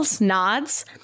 nods